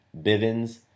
Bivens